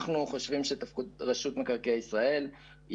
אנחנו חושבים שהתפקיד של רשות מקרקעי ישראל היא